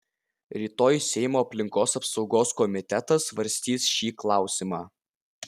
rytoj seimo aplinkos apsaugos komitetas svarstys šį klausimą